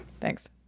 Thanks